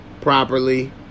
properly